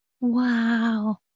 Wow